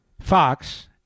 Fox